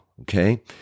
okay